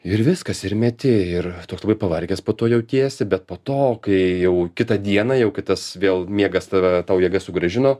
ir viskas ir meti ir toks labai pavargęs po to jautiesi bet po to kai jau kitą dieną jau kitas vėl miegas tave tau jėgas sugrąžino